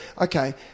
okay